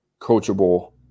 coachable